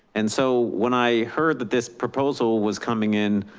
and so when i heard that this proposal was coming in,